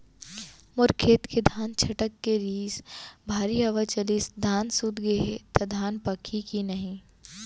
मोर खेत के धान छटक गे रहीस, भारी हवा चलिस, धान सूत गे हे, त धान पाकही के नहीं?